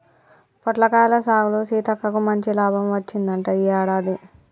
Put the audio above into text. పొట్లకాయల సాగులో సీతక్కకు మంచి లాభం వచ్చిందంట ఈ యాడాది